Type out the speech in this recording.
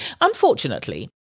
Unfortunately